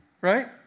right